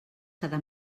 cada